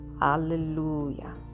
Hallelujah